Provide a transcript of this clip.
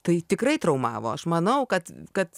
tai tikrai traumavo aš manau kad kad